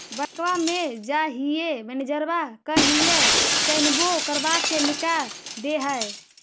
बैंकवा मे जाहिऐ मैनेजरवा कहहिऐ सैनवो करवा के निकाल देहै?